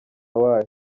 wayo